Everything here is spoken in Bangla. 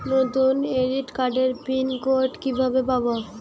নতুন ক্রেডিট কার্ডের পিন কোড কিভাবে পাব?